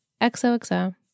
XOXO